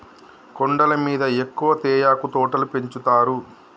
కొండల మీద ఎక్కువ తేయాకు తోటలు పెంచుతారు